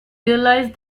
realised